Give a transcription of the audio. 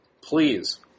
Please